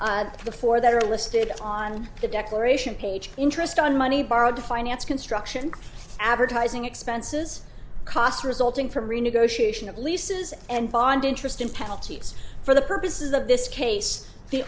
the four that are listed on the declaration page interest on money borrowed to finance construction advertising expenses costs resulting from renegotiation of leases and bond interest and penalties for the purposes of this case the